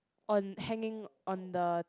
on hanging on the